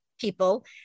people